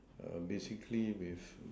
err basically with